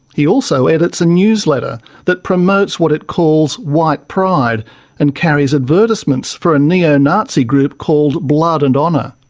he also edits a newsletter that promotes what it calls, white pride and carries advertisements for a neo-nazi group called blood and honour.